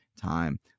time